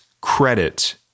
credit